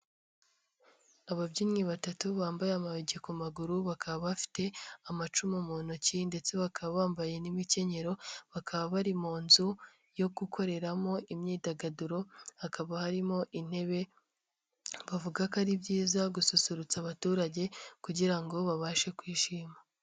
Ababyinnyi batatu bambaye amayogi ku maguru. Bakaba bafite amacumu mu ntoki ndetse bakaba bambaye n'imikenyero. Bakaba bari mu nzu yo gukoreramo imyidagaduro. Hakaba harimo intebe bavuga ko ari byiza gususurutsa abaturage kugira ngo babashe kwishima.